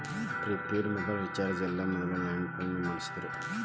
prepaid mobile recharge ಎಲ್ಲ ಮೊದ್ಲ landline phone ಮಾಡಸ್ತಿದ್ರು